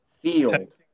Field